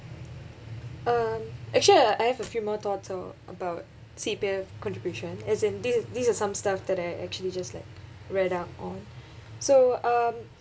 um actually I have a few more thoughts of about C_P_F contribution as in these these are some stuff that I actually just like read up on so um